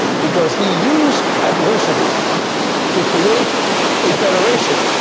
because he used adversity to create a federation,